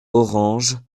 orange